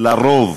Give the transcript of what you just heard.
על-פי רוב